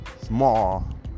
small